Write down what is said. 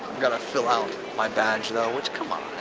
gotta fill out my badge though which, come on,